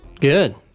Good